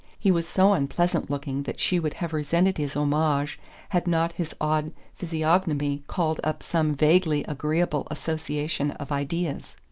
he was so unpleasant-looking that she would have resented his homage had not his odd physiognomy called up some vaguely agreeable association of ideas.